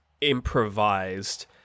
improvised